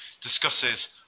discusses